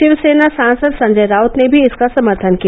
शिवसेना सांसद संजय राउत ने भी इसका समर्थन किया